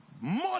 more